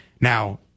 Now